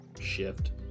shift